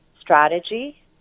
strategy